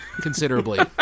Considerably